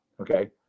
Okay